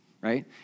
right